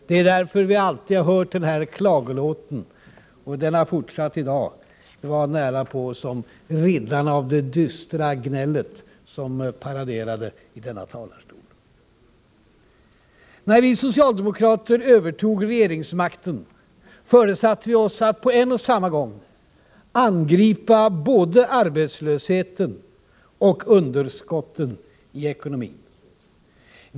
Därför har vi alltid fått höra denna klagolåt, och den har fortsatt här i dag. Det var riddarna av det dystra gnället som paraderade i denna talarstol. När vi socialdemokrater övertog regeringsmakten, föresatte vi oss att på en och samma gång angripa både arbetslösheten och underskotten i ekonomin.